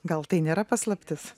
gal tai nėra paslaptis